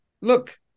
look